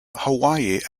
hawaii